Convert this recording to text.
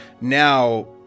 now